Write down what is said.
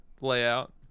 layout